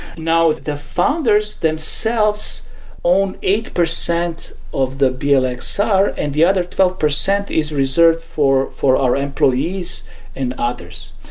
now, the founders themselves own eight percent of the blxr like so and the other twelve percent is reserved for for our employees and others.